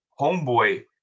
Homeboy